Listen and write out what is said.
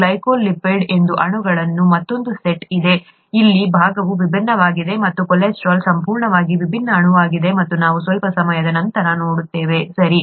glycolipids ಎಂಬ ಅಣುಗಳ ಮತ್ತೊಂದು ಸೆಟ್ ಇದೆ ಅಲ್ಲಿ ಈ ಭಾಗವು ವಿಭಿನ್ನವಾಗಿದೆ ಮತ್ತು ಕೊಲೆಸ್ಟ್ರಾಲ್ ಸಂಪೂರ್ಣವಾಗಿ ವಿಭಿನ್ನ ಅಣುವಾಗಿದೆ ನಾವು ಸ್ವಲ್ಪ ಸಮಯದ ನಂತರ ನೋಡುತ್ತೇವೆ ಸರಿ